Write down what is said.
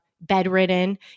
bedridden